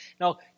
Now